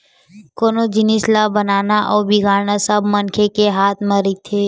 कोनो जिनिस ल बनाना अउ बिगाड़ना सब मनखे के हाथ म रहिथे